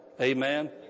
Amen